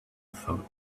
thought